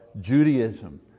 Judaism